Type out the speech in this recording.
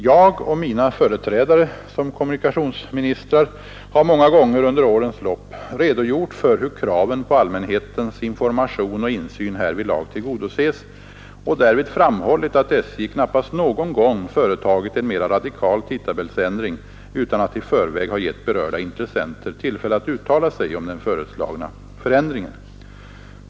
Jag — och mina företrädare som kommunikationsminister — har många gånger under årens lopp redogjort för hur kraven på allmänhetens information och insyn härvidlag tillgodoses och därvid framhållit att SJ knappast någon gång företagit en mera radikal tidtabellsändring utan att i förväg ha gett berörda intressenter tillfälle att uttala sig om den föreslagna förändringen.